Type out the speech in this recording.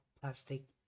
plastic